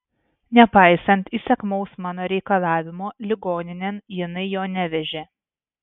nepaisant įsakmaus mano reikalavimo ligoninėn jinai jo nevežė